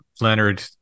leonard